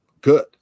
good